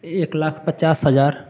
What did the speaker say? एक लाख पचास हज़ार